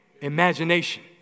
imagination